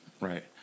right